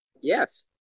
Yes